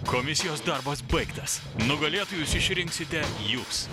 komisijos darbas baigtas nugalėtojus išrinksite jūs